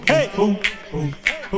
Hey